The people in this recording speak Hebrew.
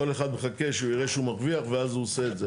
כל אחד מחכה שיראה שהוא מרוויח ואז הוא עושה את זה.